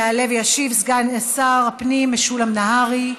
יעלה וישיב סגן שר הפנים משולם נהרי.